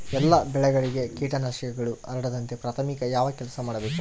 ಎಲ್ಲ ಬೆಳೆಗಳಿಗೆ ಕೇಟನಾಶಕಗಳು ಹರಡದಂತೆ ಪ್ರಾಥಮಿಕ ಯಾವ ಕೆಲಸ ಮಾಡಬೇಕು?